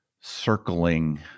circling